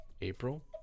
April